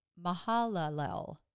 Mahalalel